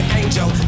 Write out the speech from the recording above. angel